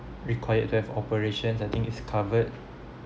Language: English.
required to have operations I think it's covered